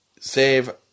Save